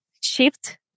shift